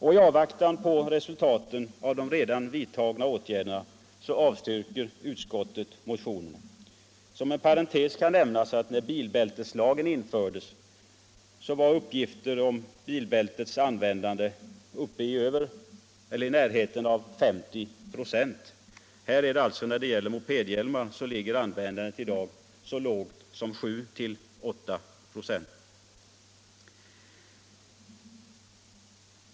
Och i avvaktan på resultaten av de redan vidtagna åtgärderna avstyrker utskottet motionerna. Som en parentes kan nämnas att när bilbälteslagen infördes fanns uppgifter som sade att användandet av bilbältet var i närheten av 50 96. När det gäller mopedhjälmar ligger alltså användandet så lågt som 7 å 896.